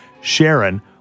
Sharon